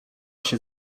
się